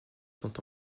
sont